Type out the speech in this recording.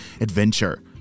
adventure